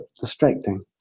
distracting